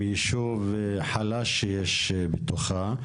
עם ישוב חלש שיש בתוכה,